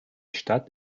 stadt